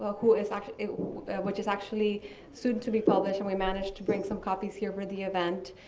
who is actually which is actually soon to be published and we managed to bring some copies here for the event,